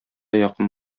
якын